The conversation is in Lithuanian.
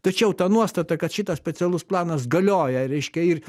tačiau ta nuostata kad šitas specialus planas galioja reiškia ir